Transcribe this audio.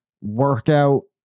workout